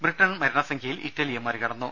Britain മരണസംഖ്യയിൽ ഇറ്റലിയെ മറികടന്നു